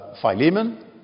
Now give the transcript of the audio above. Philemon